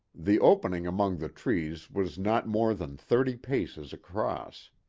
the opening among the trees was not more than thirty paces across.